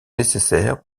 nécessaires